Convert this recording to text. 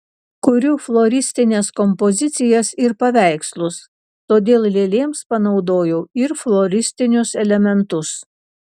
kuriu floristines kompozicijas ir paveikslus todėl lėlėms panaudojau ir floristinius elementus